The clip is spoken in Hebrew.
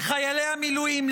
לחיילי המילואים,